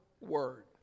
word